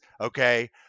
okay